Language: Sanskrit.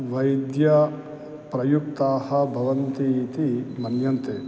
वैद्यप्रयुक्ताः भवन्ति इति मन्यन्ते